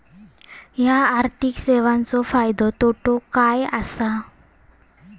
हया आर्थिक सेवेंचो फायदो तोटो काय आसा?